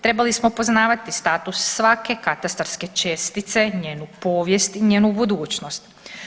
Trebali smo poznavati status svake katastarske čestice, njenu povijest i njenu budućnost.